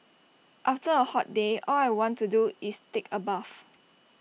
after A hot day all I want to do is take A bath